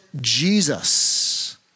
Jesus